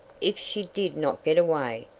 if she did not get away,